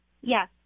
Yes